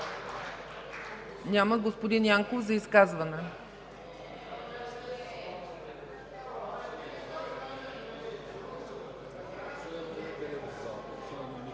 Няма. Господин Янков – за изказване.